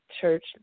church